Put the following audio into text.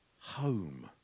home